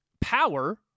power